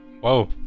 Whoa